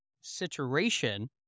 situation